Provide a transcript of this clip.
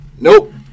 Nope